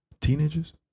teenagers